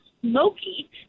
smoky